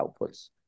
outputs